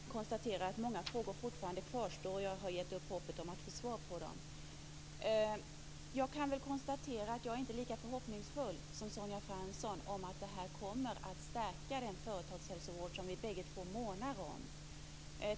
Herr talman! Jag kan konstatera att många frågor fortfarande kvarstår. Jag har gett upp hoppet om att få svar på dem. Jag är inte lika förhoppningsfull som Sonja Fransson om att detta kommer att stärka den företagshälsovård som vi båda månar om.